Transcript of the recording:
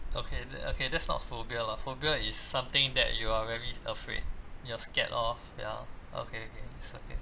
okay th~ okay that's not phobia lah phobia is something that you are very afraid you're scared of ya okay okay it's okay